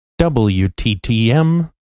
WTTM